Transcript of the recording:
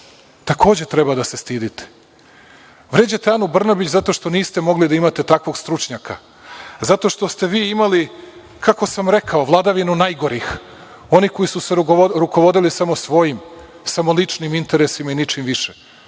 takođe treba da se stidite. Vređate Anu Brnabić zato što niste mogli da imate takvog stručnjaka, zato što ste vi imali, kako sam rekao, vladavinu najgorih, onih koji su se rukovodili samo svojim, samo ličnim interesima i ničim više.